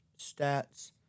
stats